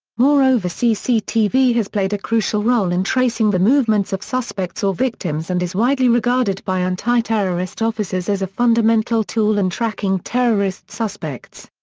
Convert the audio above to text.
moreover cctv has played a crucial role in tracing the movements of suspects or victims and is widely regarded by antiterrorist officers as a fundamental tool in and tracking terrorist suspects.